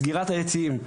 סגירת היציעים.